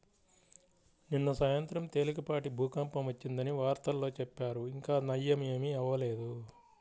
నిన్న సాయంత్రం తేలికపాటి భూకంపం వచ్చిందని వార్తల్లో చెప్పారు, ఇంకా నయ్యం ఏమీ అవ్వలేదు